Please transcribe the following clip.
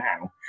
now